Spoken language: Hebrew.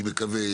כך אני מקווה,